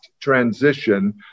transition